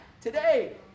today